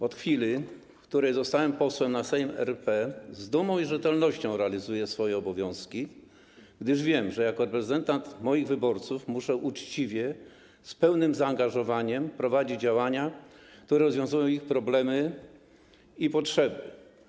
Od chwili, w której zostałem posłem na Sejm RP, z dumą i rzetelnością realizuję swoje obowiązki, gdyż wiem, że jako reprezentant moich wyborców muszę uczciwie, z pełnym zaangażowaniem prowadzić działania, które rozwiązują ich problemy i zaspokajają potrzeby.